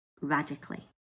radically